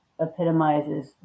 epitomizes